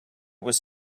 was